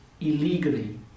illegally